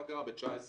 מה קרה ב-2019.